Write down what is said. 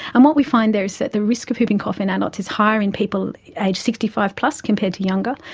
and what we find there is that the risk of whooping cough in adults is higher in people aged sixty five plus compared to younger,